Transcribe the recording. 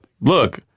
look